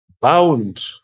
bound